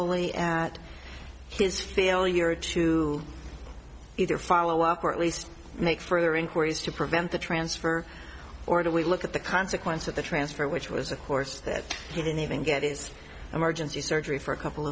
lely at his failure to either follow up or at least make further inquiries to prevent the transfer or do we look at the consequence of the transfer which was of course that he didn't even get is emergency surgery for a couple